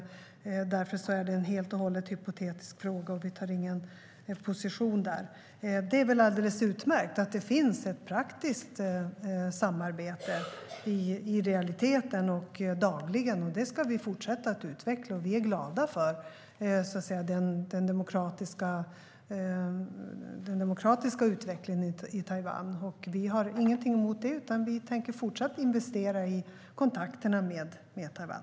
Frågan är därför helt hypotetisk, och vi intar ingen position i den. Det är utmärkt att det finns ett dagligt praktiskt samarbete, och det ska vi fortsätta att utveckla. Vi är glada för den demokratiska utvecklingen i Taiwan. Vi har inget emot det, utan vi tänker fortsätta att investera i kontakterna med Taiwan.